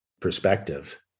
perspective